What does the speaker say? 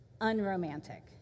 unromantic